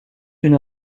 une